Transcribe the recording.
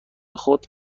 خود